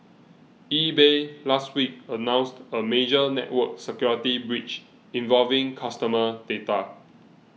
eBay last week announced a major network security breach involving customer data